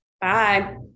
Bye